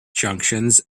junctions